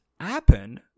happen